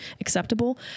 acceptable